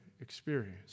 experience